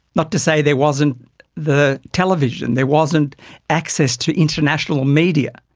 not to say there wasn't the television, there wasn't access to international media.